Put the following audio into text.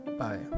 Bye